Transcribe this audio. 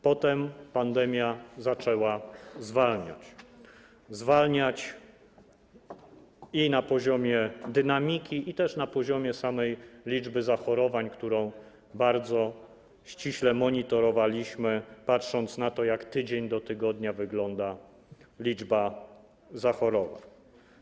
Potem pandemia zaczęła zwalniać - zwalniać i na poziomie dynamiki, i na poziomie samej liczby zachorowań, którą bardzo ściśle monitorowaliśmy, patrząc na to, jak z tygodnia na tydzień wygląda liczba zachorowań.